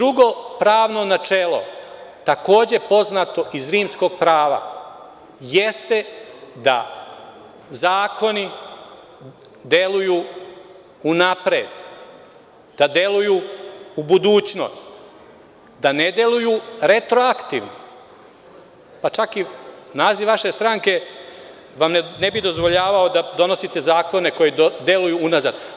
Drugo pravno načelo, takođe poznato iz Rimskog prava jeste da zakoni deluju unapred, da deluju u budućnost, da ne deluju retroaktivno, pa čak i naziv vaše stranke vam ne bi dozvoljavao da donosite zakone koji deluju unazad.